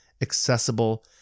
accessible